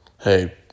hey